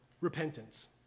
Repentance